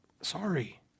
Sorry